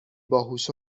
باهوش